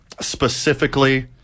specifically